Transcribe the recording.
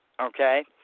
okay